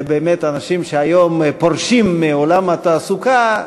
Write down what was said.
באמת, אנשים שהיום פורשים מעולם התעסוקה,